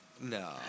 no